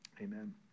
Amen